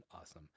awesome